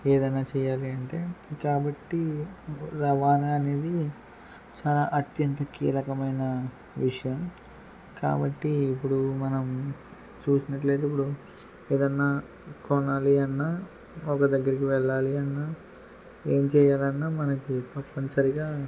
ఏదన్నా చెయ్యాలి అంటే కాబట్టి రవాణా అనేది చాలా అత్యంత కీలకమైన విషయం కాబట్టి ఇప్పుడు మనం చూసినట్లయితే ఇప్పుడు ఏదన్న కొనాలి అన్న ఒక దగ్గరికి వెళ్ళాలి అన్న ఏం చెయ్యాలన్న మనకి తప్పనిసరిగా